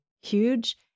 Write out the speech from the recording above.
huge